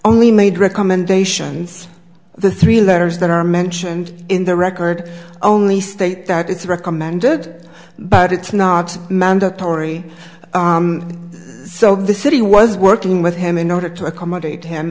only made recommendations the three letters that are mentioned in the record only state that it's recommended but it's not mandatory so the city was working with him in order to accommodate him